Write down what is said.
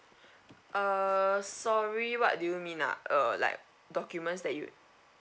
uh sorry what do you mean ah uh like documents that you